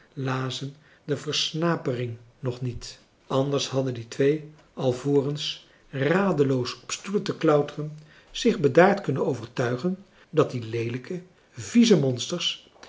lazen de versnapering nog niet anders hadden die twee alvorens radefrançois haverschmidt familie en kennissen loos op stoelen te klauteren zich bedaard kunnen overtuigen dat die leelijke vieze monsters